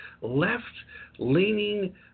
left-leaning